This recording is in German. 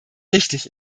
richtig